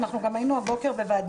ברגע